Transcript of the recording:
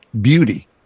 Beauty